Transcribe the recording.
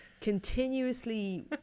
continuously